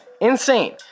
insane